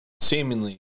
seemingly